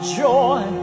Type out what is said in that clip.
joy